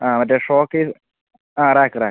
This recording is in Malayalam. ആ മറ്റെ ഷോക്കേസ് ആ റാക്ക് റാക്ക്